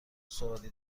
سوالی